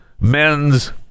men's